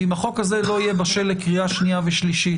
ואם החוק הזה לא יהיה בשל לקריאה שנייה ושלישית,